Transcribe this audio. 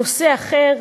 נושא אחר,